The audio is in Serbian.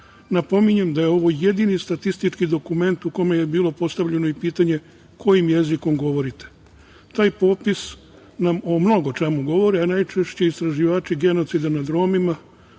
Napominjem da je ovo jedini statistički dokument u kome je bilo postavljeno i pitanje – kojim jezikom govorite. Taj popis nam o mnogo čemu govori, a najčešće istraživači genocida nad Romima,